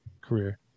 career